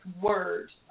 words